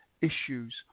issues